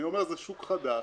אני אומר שזה שוק חדש,